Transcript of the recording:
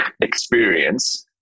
experience